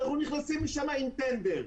לכן אנחנו נכנסים לשם עם טנדר.